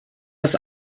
was